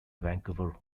vancouver